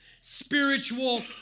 spiritual